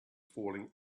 falling